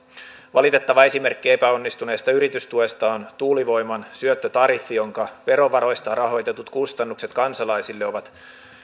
valitettava esimerkiksi epäonnistuneesta yritystuesta on tuulivoiman syöttötariffi jonka verovaroista rahoitetut kustannukset kansalaisille ovat